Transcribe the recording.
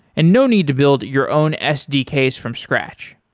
and no need to build your own sdks from scratch.